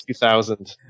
2000